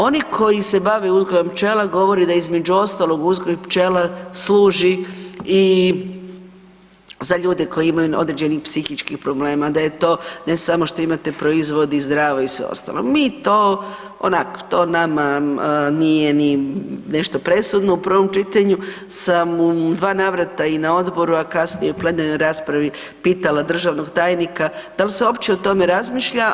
Oni koji se bave uzgojem pčela govore da između ostalog uzgoj pčela služi i za ljude koji imaju određenih psihičkih problema, da je to ne samo što imate proizvod i zdravo i sve ostalo, mi to onak, to nama nije ni nešto presudno u prvom čitanju sam u dva navrata i na odboru, a kasnije i u plenarnoj raspravi pitala državnog tajnika dal se uopće o tome razmišlja.